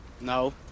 No